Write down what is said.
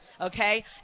Okay